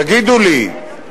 תגידו לי,